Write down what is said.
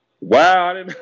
Wow